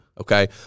Okay